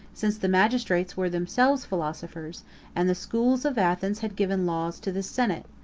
since the magistrates were themselves philosophers and the schools of athens had given laws to the senate.